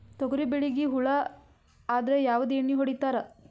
ತೊಗರಿಬೇಳಿಗಿ ಹುಳ ಆದರ ಯಾವದ ಎಣ್ಣಿ ಹೊಡಿತ್ತಾರ?